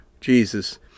jesus